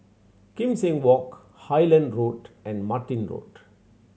Kim Seng Walk Highland Road and Martin Road